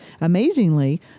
Amazingly